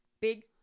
big